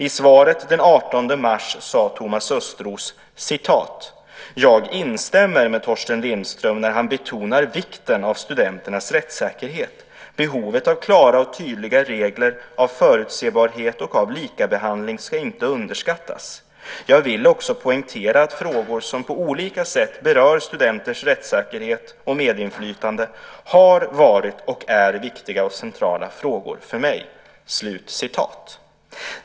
I svaret den 18 mars 2003 sade Thomas Östros: "Jag instämmer med Torsten Lindström när han betonar vikten av studenternas rättssäkerhet. Behovet av klara och tydliga regler, av förutsebarhet och av likabehandling ska inte underskattas. Jag vill också poängtera att frågor som på olika sätt berör studenters rättssäkerhet och medinflytande har varit och är viktiga och centrala frågor för mig."